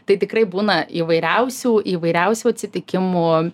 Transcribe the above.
tai tikrai būna įvairiausių įvairiausių atsitikimų